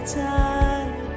time